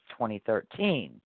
2013